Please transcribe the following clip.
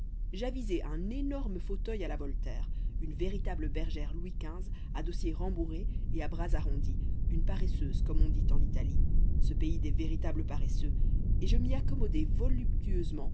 j'avisai un énorme fauteuil à la voltaire une véritable bergère louis xv à dossier rembourré et à bras arrondis une paresseuse comme on dit en italie ce pays des véritables paresseux et je m'y accommodai